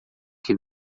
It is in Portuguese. que